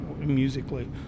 musically